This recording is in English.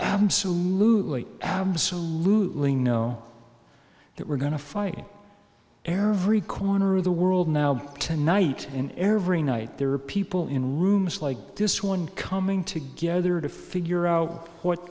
absolutely absolutely no that we're going to fight an air of recorder of the world now tonight in every night there are people in rooms like this one coming together to figure out what